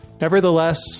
Nevertheless